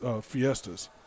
fiestas